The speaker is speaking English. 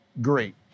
great